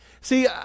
See